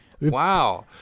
wow